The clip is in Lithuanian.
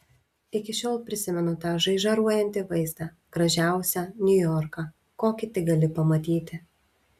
iki šiol prisimenu tą žaižaruojantį vaizdą gražiausią niujorką kokį tik gali pamatyti